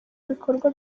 ibikorwa